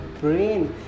brain